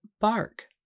bark